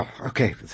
Okay